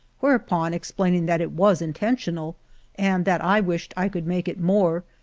whereupon explaining that it was intentional and that i wished i could make it more,